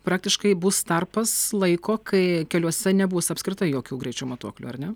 praktiškai bus tarpas laiko kai keliuose nebus apskritai jokių greičio matuoklių ar ne